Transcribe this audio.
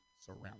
surround